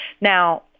Now